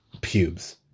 pubes